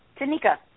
Tanika